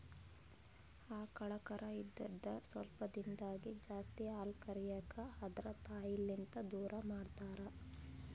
ಆಕಳ್ ಕರಾ ಇದ್ದಿದ್ ಸ್ವಲ್ಪ್ ದಿಂದಾಗೇ ಜಾಸ್ತಿ ಹಾಲ್ ಕರ್ಯಕ್ ಆದ್ರ ತಾಯಿಲಿಂತ್ ದೂರ್ ಮಾಡ್ತಾರ್